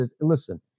Listen